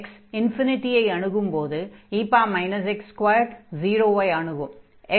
x ஐ அணுகும்போது e x2 0 ஐ அணுகும்